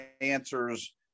answers